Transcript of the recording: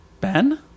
Ben